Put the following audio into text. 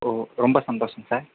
ஓ ரொம்ப சந்தோஷம் சார்